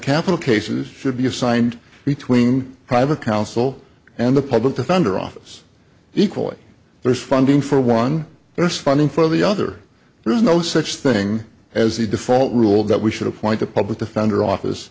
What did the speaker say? capital cases should be assigned between private counsel and the public defender office equally there's funding for one there is funding for the other there is no such thing as the default rule that we should appoint a public defender office